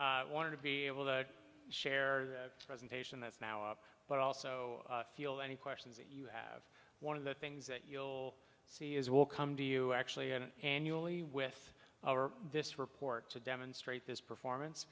i wanted to be able to share presentation that's now up but also feel any questions that you have one of the things that you'll see is will come to you actually and annually with this report to demonstrate this performance